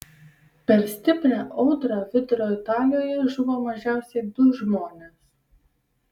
per stiprią audrą vidurio italijoje žuvo mažiausiai du žmonės